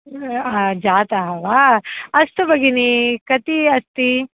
जातः वा अस्तु भगिनि कति अस्ति